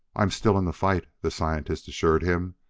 i am still in the fight, the scientist assured him.